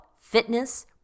fitness